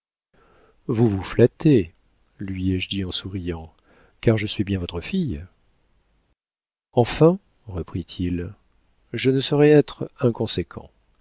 vous vous flattez lui ai-je dit en souriant car je suis bien votre fille enfin reprit-il je ne saurais être inconséquent